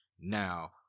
now